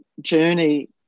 journey